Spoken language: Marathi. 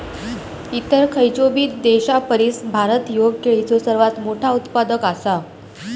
इतर खयचोबी देशापरिस भारत ह्यो केळीचो सर्वात मोठा उत्पादक आसा